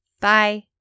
Bye